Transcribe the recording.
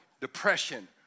depression